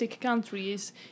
countries